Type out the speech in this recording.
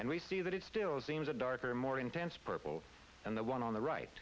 and we see that it still seems a darker more intense purple and the one on the right